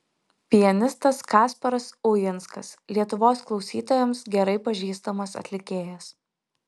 pianistas kasparas uinskas lietuvos klausytojams gerai pažįstamas atlikėjas